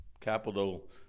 Capital